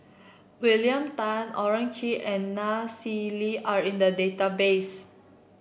William Tan Owyang Chi and Nai Swee Leng are in the database